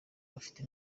bafite